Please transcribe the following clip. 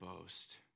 boast